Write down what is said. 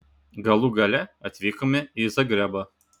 galų gale atvykome į zagrebą